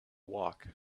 walk